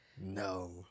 No